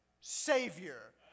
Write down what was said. Savior